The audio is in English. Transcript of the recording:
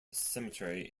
cemetery